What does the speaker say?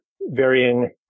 varying